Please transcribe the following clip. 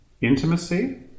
Intimacy